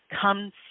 comes